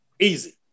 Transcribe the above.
easy